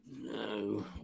No